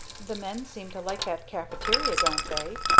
the men seem to like that caffeteria, don't they?